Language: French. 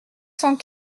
cent